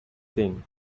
thing